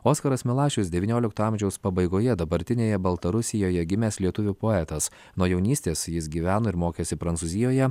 oskaras milašius devyniolikto amžiaus pabaigoje dabartinėje baltarusijoje gimęs lietuvių poetas nuo jaunystės jis gyveno ir mokėsi prancūzijoje